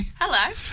Hello